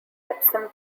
epsom